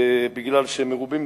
משום שהם מרובים,